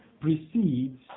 precedes